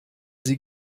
sie